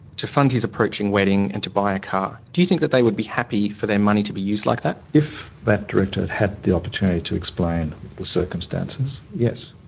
to fund his approaching wedding and to buy a car? do you think that they would be happy for their money to be used like that? if that director had the opportunity to explain the circumstances, yes.